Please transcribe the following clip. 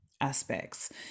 aspects